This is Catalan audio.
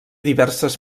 diverses